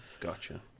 Gotcha